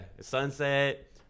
sunset